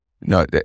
No